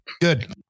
Good